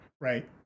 right